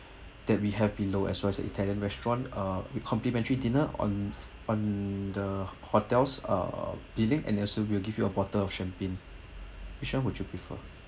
that we have below as well as the italian restaurant uh with complimentary dinner on on the hotel's uh dining and also we'll give you a bottle of champagne which one would you prefer